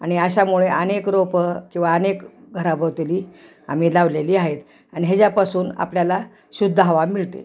आणि अशामुळे अनेक रोपं किंवा अनेक घराभोवताली आम्ही लावलेली आहेत आणि यांच्यापासून आपल्याला शुद्ध हवा मिळते